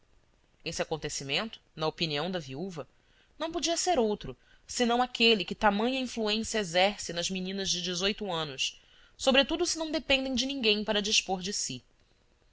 esse acontecimento na opinião da viúva não podia ser outro senão aquele que tamanha influência exerce nas meninas de dezoito anos sobretudo se não dependem de ninguém para dispor de si